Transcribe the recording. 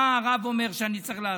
מה הרב אומר שאני צריך לעשות?